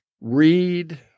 read